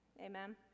Amen